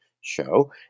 show